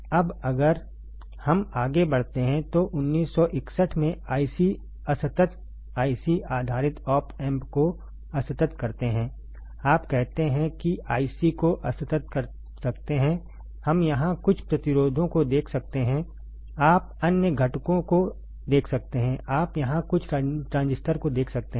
अब अगर हम आगे बढ़ते हैं तो 1961 में IC असतत IC आधारित ऑप एम्प को असतत करते हैं आप कहते हैं कि IC को असतत कर सकते हैं हम यहाँ कुछ प्रतिरोधों को देख सकते हैं आप अन्य घटकों को देख सकते हैं आप यहाँ कुछ ट्रांजिस्टर को देख सकते हैं